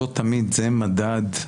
שלא תמיד זה מדד.